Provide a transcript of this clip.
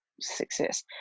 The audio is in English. success